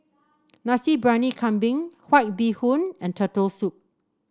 Nasi Briyani Kambing White Bee Hoon and Turtle Soup